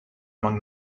among